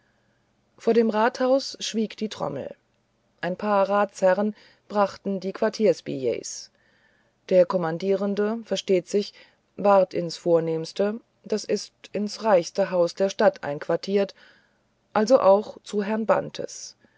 vor dem rathause schwieg die trommel ein paar ratsherrn brachten die quartierbilletts der kommandierende versteht sich ward ins vornehmste das ist ins reichste haus der stadt einquartiert also auch zu herrn bantes